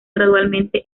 gradualmente